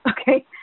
Okay